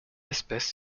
espèce